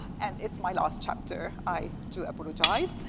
and it's my last chapter. i do apologize.